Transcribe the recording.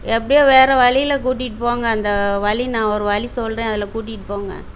எப்படியோ வேறு வழியில கூட்டிகிட்டு போங்க அந்த வழி நான் ஒரு வழி சொல்கிறேன் அதில் கூட்டிகிட்டு போங்க